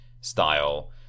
style